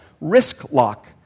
risk-lock